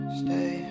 stay